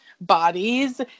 bodies